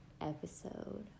episode